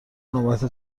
نوبت